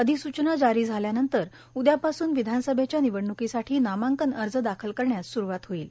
अधिसुचना जारी झाल्यानंतर उद्यापासून विधानसभेच्या निवडणुकीसाठी नामाकन अर्ज दाखल करण्यास सुरूवात होईल